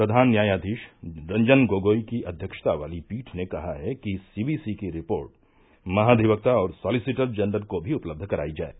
प्रधान न्यायाधीश रंजन गोगोई की अध्यक्षता वाली पीठ ने कहा कि सी वी सी की रिपोर्ट महाधिवक्ता और सॉलिसिटर जनरल को भी उपलब्ध कराई जाये